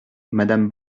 madame